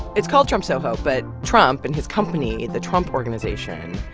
it's called trump soho, but trump and his company, the trump organization,